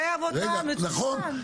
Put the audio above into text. אחרי העבודה זה מצוין.